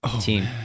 team